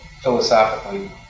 philosophically